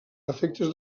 efectes